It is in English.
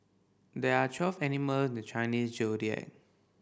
there are twelve animal in the Chinese Zodiac